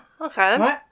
okay